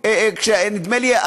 נדמה לי,